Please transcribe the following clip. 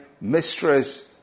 mistress